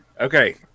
Okay